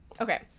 okay